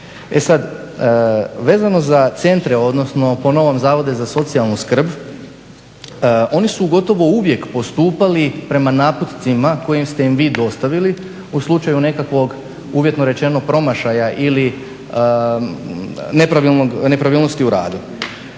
E sad, vezano za centre, odnosno po novom Zavode za socijalnu skrb, oni su gotovo uvijek postupali prema naputcima koje ste im vi dostavili u slučaju nekakvog uvjetno rečenog promašaja ili nepravilnosti u radu.